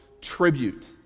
tribute